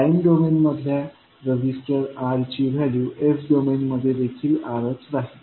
time डोमेनमधल्या register R ची value s डोमेनमध्ये देखील R च राहील